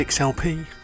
LP